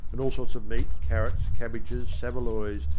and all sorts of meat, carrots, cabbages, saveloys,